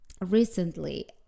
recently